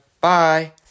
Bye